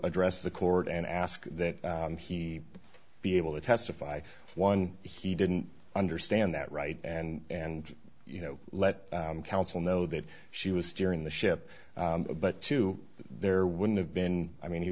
address the court and ask that he be able to testify one he didn't understand that right and you know let counsel know that she was steering the ship but to there wouldn't have been i mean he